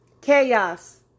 Chaos